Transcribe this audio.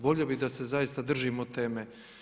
Volio bih da se zaista držimo teme.